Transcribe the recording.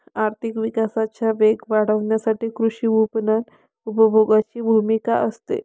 आर्थिक विकासाचा वेग वाढवण्यात कृषी विपणन उपभोगाची भूमिका असते